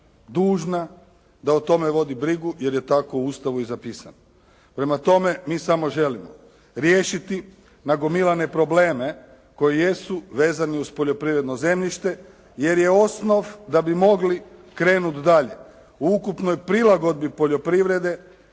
dužna da o tome vodi brigu jer je tako u Ustavu i zapisano. Prema tome, mi samo želimo riješiti nagomilane probleme koji jesu vezani uz poljoprivredno zemljište jer je osnov da bi mogli krenuti dalje u ukupnoj prilagodbi poljoprivrede